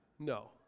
No